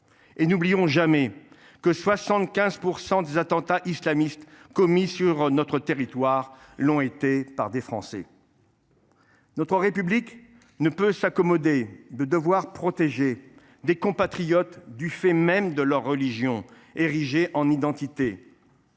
N’oublions jamais que 75 % des attentats islamistes commis sur notre territoire l’ont été par des Français. Notre République ne peut s’accommoder de devoir protéger des compatriotes du fait même de leur religion, érigée en identité.